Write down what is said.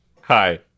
hi